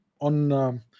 on